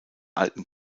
alten